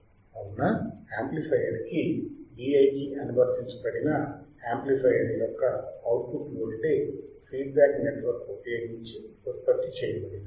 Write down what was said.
అవునా యాంప్లిఫైయర్ కి Vi కి అనువర్తించబడిన యాంప్లిఫైయర్ యొక్క output voltage feedback network ఉపయోగించి ఉత్పత్తి చేయబడినది